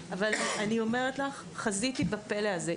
אבל אני אומרת לך שחזיתי בפלא הזה.